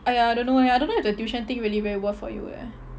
!aiya! I don't know eh I don't know if the tuition thing really very worth for you eh